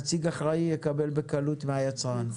נציג האחראי יקבל בקלות מהיצרן.